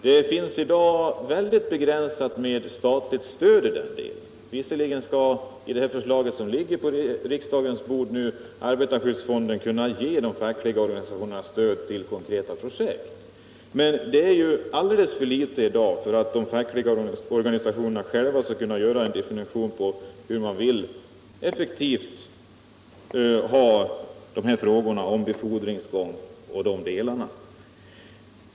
Det finns i dag ett begränsat statligt stöd för sådan forskning. Visserligen skall enligt det förslag som ligger på riksdagens bord arbetarskyddsfonden kunna ge de fackliga organisationerna stöd till konkreta projekt, men det är inte tillräckligt för att de fackliga organisationerna själva skall kunna få fram en definition på hur man vill ha dessa frågor om befordringsgång effektivt ordnade.